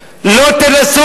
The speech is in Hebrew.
אין שום קשר.